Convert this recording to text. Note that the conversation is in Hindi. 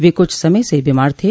वे कुछ समय से बीमार थे